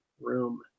Room